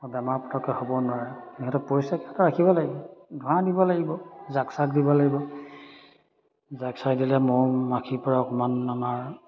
বেমাৰ পটককৈ হ'ব নোৱাৰে সিহঁতক পৰিষ্কাৰকৈ ৰাখিব লাগিব ধোঁৱা দিব লাগিব জাক চাক দিব লাগিব জাক চাই দিলে মৌ মাখিৰ পৰা অকণমান আমাৰ